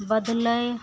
बदलय